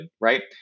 Right